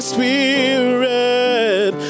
Spirit